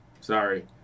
sorry